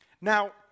Now